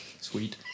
Sweet